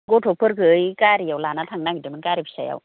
गथ'फोरखौ गारिआव लाना थांनो नागिरदोंमोन गारि फिसायाव